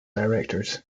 directors